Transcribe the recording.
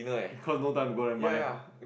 because no time go down and buy